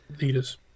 leaders